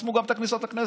חסמו גם את הכניסה לכנסת.